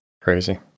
Crazy